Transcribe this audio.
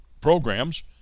programs